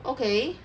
okay